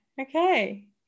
Okay